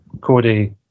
Cody